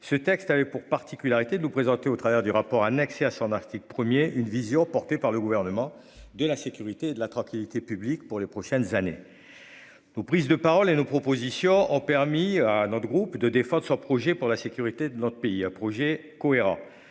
ce texte avait pour particularité de nous présenter au travers du rapport un accès à son article 1er une vision portée par le gouvernement de la sécurité de la tranquillité publique pour les prochaines années. Nos prises de parole et nos propositions ont permis à notre groupe de défenseurs. Projet pour la sécurité de notre pays a projet cohérent.